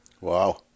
wow